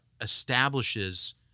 establishes